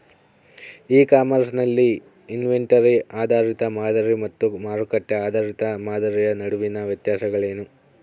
E commerce ನಲ್ಲಿ inventory ಆಧಾರಿತ ಮಾದರಿ ಮತ್ತು ಮಾರುಕಟ್ಟೆ ಆಧಾರಿತ ಮಾದರಿಯ ನಡುವಿನ ವ್ಯತ್ಯಾಸಗಳೇನು?